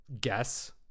guess